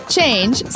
Change